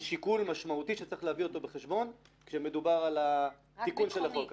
שיקול משמעותי שצריך להביא אותו בחשבון כשמדובר על התיקון של החוק הזה.